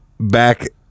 back